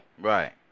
Right